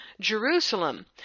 Jerusalem